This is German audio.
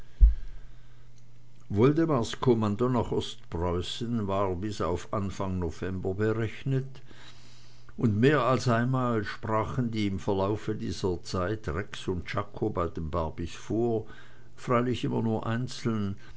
woldemars kommando nach ostpreußen war bis auf anfang november berechnet und mehr als einmal sprachen im verlaufe dieser zeit rex und czako bei den barbys vor freilich immer nur einzeln